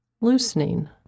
loosening